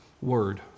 word